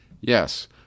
Yes